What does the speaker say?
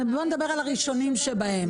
בוא נדבר על הראשונים שבהם.